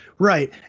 Right